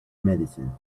medicine